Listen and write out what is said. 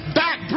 back